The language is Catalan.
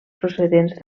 procedents